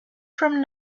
from